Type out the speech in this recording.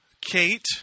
Kate